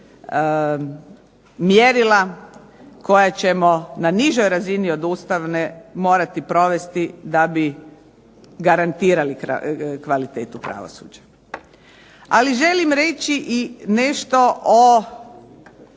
koja ćemo na nižoj razini od ustavne morati provesti da bi garantirali kvalitetu pravosuđa. Ali želim reći nešto i